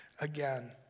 again